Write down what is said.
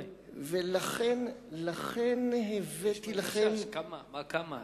כמו הגשש: מה כמה?